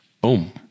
Boom